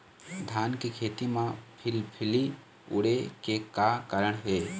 धान के खेती म फिलफिली उड़े के का कारण हे?